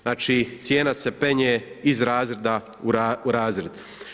Znači cijena se penje iz razreda u razred.